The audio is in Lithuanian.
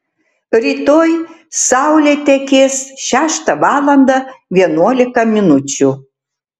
rytoj saulė tekės šeštą valandą vienuolika minučių